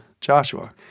Joshua